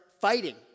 fighting